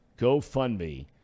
GoFundMe